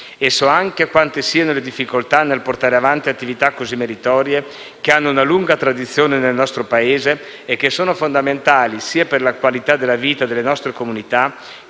E so quante siano le difficoltà nel portare avanti attività così meritorie, che hanno una lunga tradizione nel nostro Paese e che sono fondamentali sia per la qualità della vita delle nostre comunità,